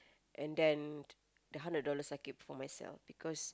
and then the hundred dollars I keep for myself because